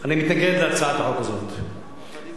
אני מתנגד להצעת החוק הזאת לא מפני שאני